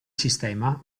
sistema